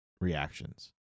reactions